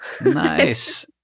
Nice